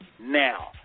now